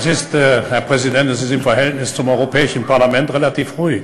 אה, לעומת הפרלמנט האירופי זה נחשב שקט ושלו.